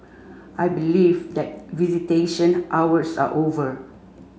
I believe that visitation hours are over